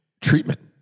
Treatment